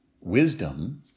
wisdom